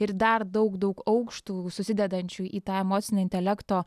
ir dar daug daug aukštų susidedančių į tą emocinio intelekto